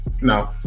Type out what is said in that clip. No